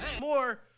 More